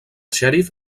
xèrif